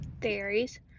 Theories